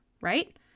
right